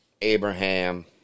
Abraham